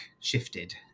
shifted